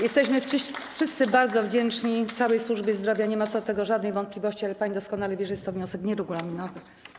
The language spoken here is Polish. Jesteśmy wszyscy bardzo wdzięczni całej służbie zdrowia, nie ma co do tego żadnych wątpliwości, ale pani doskonale wie, że jest to wniosek nieregulaminowy.